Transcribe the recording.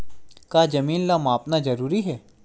का जमीन ला मापना जरूरी हे?